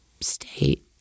state